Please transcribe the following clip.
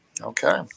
Okay